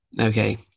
Okay